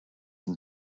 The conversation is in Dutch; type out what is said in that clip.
een